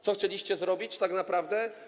Co chcieliście zrobić tak naprawdę?